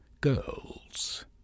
girls